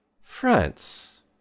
France